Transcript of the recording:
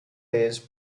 days